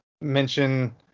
mention